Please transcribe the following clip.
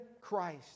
Christ